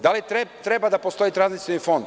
Da li treba da postoji tranzicioni fond?